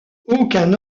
aucun